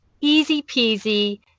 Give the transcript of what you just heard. easy-peasy